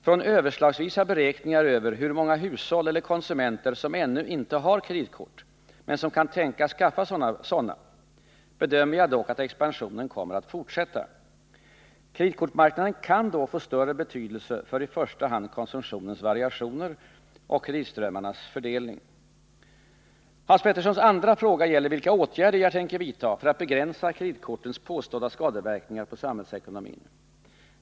Från överslagsvisa beräkningar över hur många hushåll eller konsumenter som ännu inte har kreditkort men som kan tänkas skaffa sådana bedömer jag dock att expansionen kommer att fortsätta. Kreditkortsmarknaden kan då få större betydelse för i första hand konsumtionens variationer och kreditströmmarnas fördelning. Hans Peterssons andra fråga gäller vilka åtgärder jag tänker vidta för att begränsa kreditkortens påstådda skadeverkningar på samhällsekonomin.